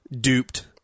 duped